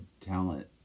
talent